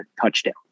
TOUCHDOWN